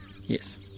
yes